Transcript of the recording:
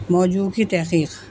موضوع کی تحقیق